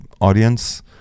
audience